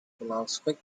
philosophic